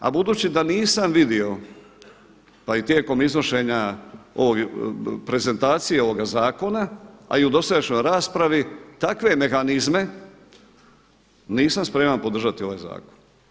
A budući da nisam vidio, pa i tijekom iznošenja prezentacije ovoga zakona, a i u dosadašnjoj raspravi takve mehanizme nisam spreman podržati ovaj zakon.